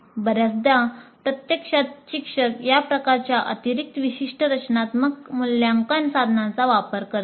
बर्याचदा प्रत्यक्षात शिक्षक या प्रकारच्या अतिरिक्त विशिष्ट रचनात्मक मूल्यांकन साधनांचा वापर करतात